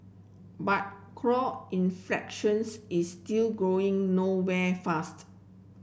but inflations is still going nowhere fast